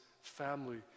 family